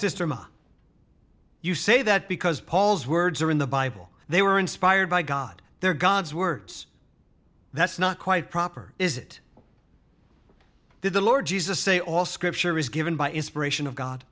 ystema you say that because paul's words are in the bible they were inspired by god they're god's words that's not quite proper is it that the lord jesus say all scripture is given by inspiration of god